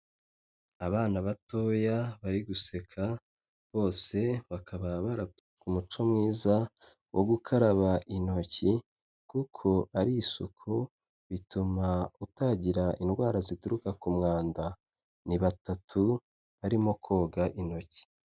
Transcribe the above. Abana batoya bari guseka bose bakaba baratojwe umuco mwiza wo gukaraba intoki kuko ari isuku bituma utagira indwara zituruka ku mwanda, ni batatu barimo koga intoki.